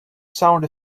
sound